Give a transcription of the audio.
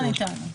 ככל הניתן.